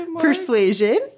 Persuasion